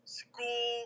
school